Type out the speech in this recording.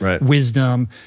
wisdom